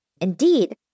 Indeed